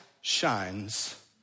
shines